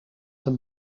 een